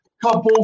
couple